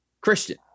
Christian